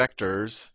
vectors